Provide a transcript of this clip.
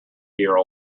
dear